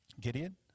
Gideon